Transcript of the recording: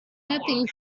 nothing